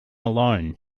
alone